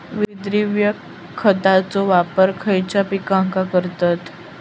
विद्राव्य खताचो वापर खयच्या पिकांका करतत?